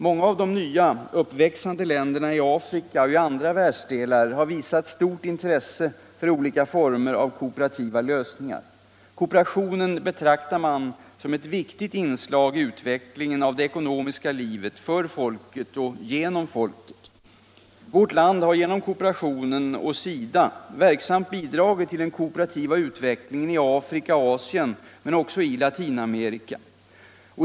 Många av de nya uppväxande länderna i Afrika och i andra världsdelar har visat stort intresse för olika former av kooperativa lösningar. Kooperationen betraktar man som ett viktigt inslag i utvecklingen av det ekonomiska livet — för folket och genom folket. Vårt land har genom kooperationen och SIDA verksamt bidragit till den kooperativa utvecklingen i Afrika och Asien men också i Latinamerika.